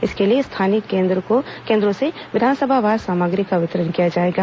इसके लिए स्थानीय केन्द्रों से विधानसभावार सामग्री का वितरण किया जाएगा